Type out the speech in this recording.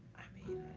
i mean,